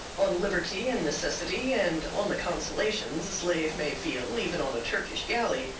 on liberty and necessity, and on the consolations a slave may feel even on a turkish galley,